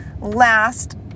last